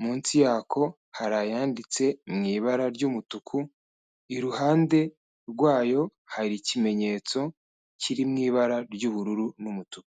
Munsi yako hari ayanditse mu ibara ry'umutuku, iruhande rwayo hari ikimenyetso kiri mu ibara ry'ubururu n'umutuku.